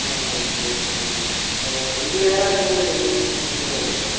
ആഹ് okay okay വീട്ടിൽ വേറെ ആർക്കെങ്കിലും എന്തെങ്കിലും ബുദ്ധിമുട്ട് തോന്നുന്നുണ്ടോ